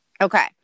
Okay